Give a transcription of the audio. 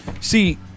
See